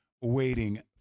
waiting